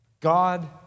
God